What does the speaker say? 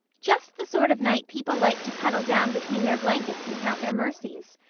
just the sort of night people like to cuddle down between their blankets and count their mercies,